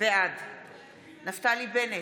אינו נוכח יואב בן צור, בעד נפתלי בנט,